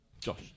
Josh